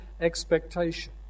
expectation